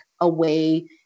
away